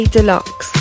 Deluxe